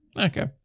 Okay